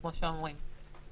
כמו שאומרים.